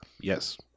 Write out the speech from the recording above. Yes